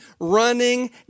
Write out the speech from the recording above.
running